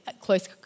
close